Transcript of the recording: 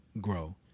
grow